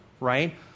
right